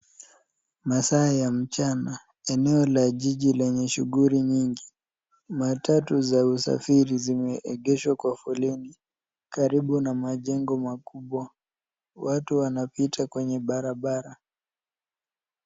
Masaa ya mchana. Eneo la jiji lenye shughuli nyingi. Matatu za usafiri zimeegeshwa kwa foleni karibu na majengo makubwa. Watu wanapita kwenye barabara.